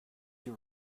you